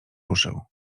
ruszył